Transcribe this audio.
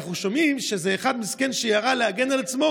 אנחנו שומעים שאיזה אחד מסכן שירה כדי להגן על עצמו,